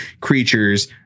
creatures